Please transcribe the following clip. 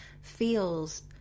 feels